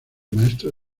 maestro